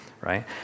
right